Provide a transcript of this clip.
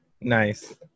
Nice